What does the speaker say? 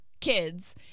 kids